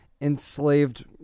enslaved